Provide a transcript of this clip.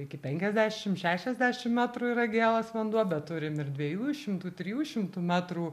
iki penkiasdešim šešiasdešim metrų yra gėlas vanduo bet turim ir dviejų šimtų trijų šimtų metrų